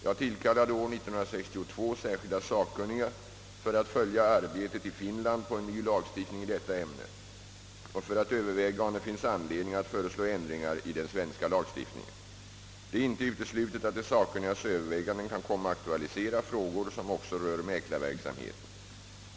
Jag tillkallade år 1962 särskilda sakkunniga för att följa arbetet i Finland på en ny lagstiftning i detta ämne och för att överväga om det finns anledning att föreslå ändringar i den svenska lagstiftningen. Det är inte uteslutet att de sakkunnigas överväganden kan komma att aktualisera frågor som också rör mäklarverksamheten.